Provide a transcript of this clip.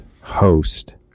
host